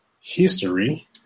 history